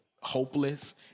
hopeless